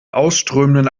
ausströmenden